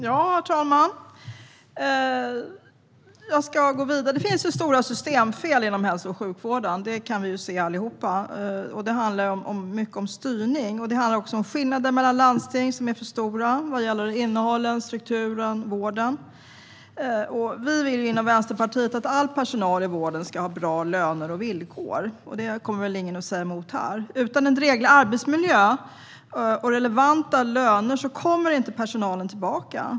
Herr talman! Vi kan alla se att det finns stora systemfel inom den svenska hälso och sjukvården. Det handlar mycket om styrning och även om de alltför stora skillnaderna mellan landsting vad gäller innehåll, struktur och vård. Vi i Vänsterpartiet vill att all personal i vården ska ha bra löner och villkor; det kommer väl ingen att säga emot här. Utan en dräglig arbetsmiljö och relevanta löner kommer inte personalen tillbaka.